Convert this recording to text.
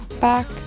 Back